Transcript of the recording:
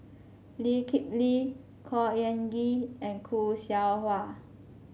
Lee Kip Lee Khor Ean Ghee and Khoo Seow Hwa